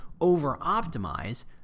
over-optimize